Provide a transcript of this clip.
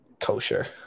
kosher